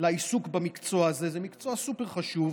לעיסוק במקצוע הזה, זה מקצוע סופר חשוב,